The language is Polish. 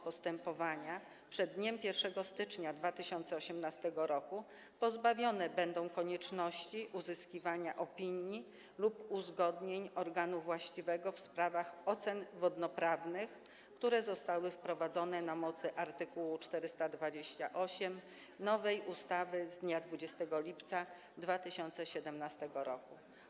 Postępowania toczące się przed dniem 1 stycznia 2018 r. pozbawione będą konieczności uzyskiwania opinii lub uzgodnień od organu właściwego w sprawach ocen wodnoprawnych, które zostały wprowadzone na mocy art. 428 nowej ustawy z dnia 20 lipca 2017 r.